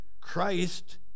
Christ